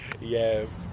Yes